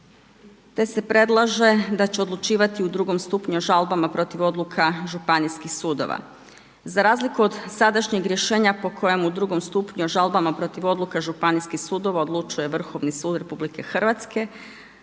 te se predlaže da će odlučivati u drugom stupnju o žalbama protiv odluka županijskih sudova za razliku od sadašnjeg rješenja po kojem u drugom stupnju o žalbama protiv odluka županijskih sudova odlučuje Vrhovni sud RH,